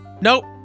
Nope